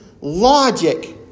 logic